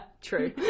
true